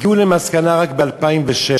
הגיעו למסקנה רק ב-2007,